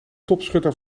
topschutter